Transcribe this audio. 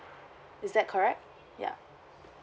is that correct ya